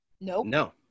No